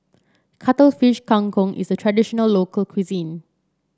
Cuttlefish Kang Kong is a traditional local cuisine